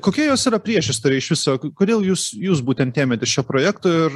kokia jos yra priešistorė iš viso kodėl jūs jūs būtent ėmėtės šio projekto ir